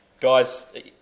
guys